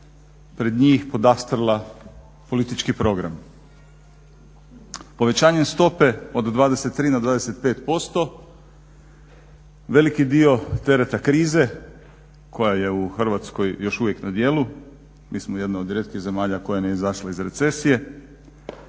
pred njih podastrla politički program. Povećanjem stope od 23 na 25% veliki dio tereta krize koja je u Hrvatskoj još uvijek na djelu, mi smo jedna od rijetkih zemalja koja nije izašla iz recesije,